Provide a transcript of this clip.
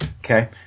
Okay